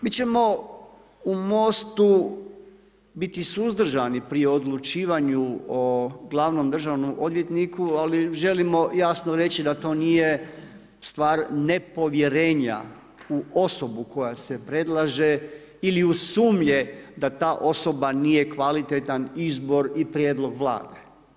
Mi ćemo u Mostu biti suzdržani pri odlučivanju glavnom državnom odvjetniku, ali želimo jasno reći da to nije stvar nepovjerenja u osobu koja se predlaže ili u sumnje da ta osoba nije kvalitetan izbor i prijedlog Vlade.